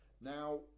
now